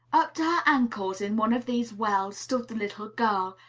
up to her ankles in one of these wells stood the little girl,